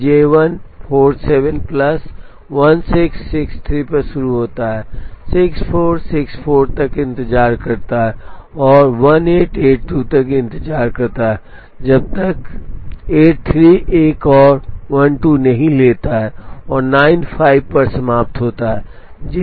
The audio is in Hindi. फिर J1 47 प्लस 1663 पर शुरू होता है 6464 तक इंतजार करता है और 1882 तक इंतजार करता है जब तक 83 एक और 12 नहीं लेता और 95 पर समाप्त होता है